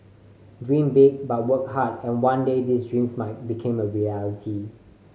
dream big but work hard and one day these dreams might became a reality